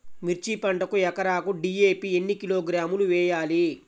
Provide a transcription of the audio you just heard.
మిర్చి పంటకు ఎకరాకు డీ.ఏ.పీ ఎన్ని కిలోగ్రాములు వేయాలి?